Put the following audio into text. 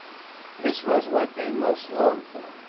this was what they most longed for.